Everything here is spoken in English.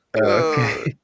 Okay